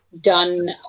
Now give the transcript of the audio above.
done